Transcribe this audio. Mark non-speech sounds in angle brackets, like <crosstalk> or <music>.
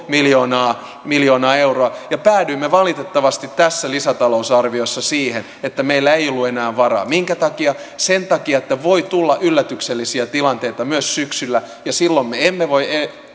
<unintelligible> miljoonaa miljoonaa euroa ja päädyimme valitettavasti tässä lisätalousarviossa siihen että meillä ei ollut enää varaa minkä takia sen takia että voi tulla yllätyksellisiä tilanteita myös syksyllä ja silloin me emme voi